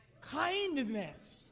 kindness